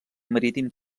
marítim